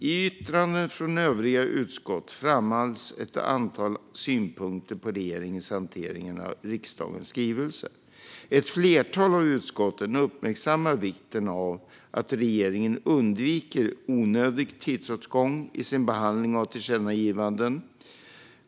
I yttranden från övriga utskott framhålls ett antal synpunkter på regeringens hantering av riksdagens skrivelser. Ett flertal av utskotten uppmärksammar vikten av att regeringen undviker onödig tidsåtgång i sin behandling av tillkännagivanden.